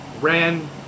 ran